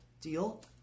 Deal